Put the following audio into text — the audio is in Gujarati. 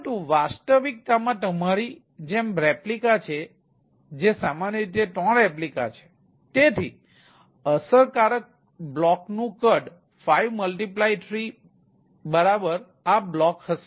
પરંતુ વાસ્તવિકતામાં તમારી જેમ રેપ્લિકા છે જે સામાન્ય રીતે 3 રેપ્લિકા છે તેથી અસરકારક બ્લોક કદ 53 બરાબર આ બ્લોક હશે